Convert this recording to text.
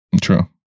True